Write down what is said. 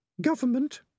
government